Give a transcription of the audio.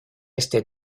este